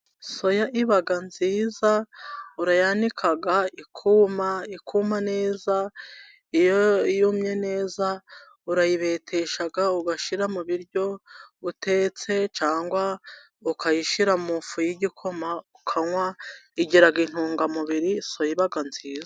Soya iba nziza, urayanika ikuma, ikuma neza, iyo yumye neza urayibetesha, ugashyira mu biryo utetse, cyangwa ukayishyira mu ifu y'igikoma ukanywa. Igira intungamubiri, soya iba nziza.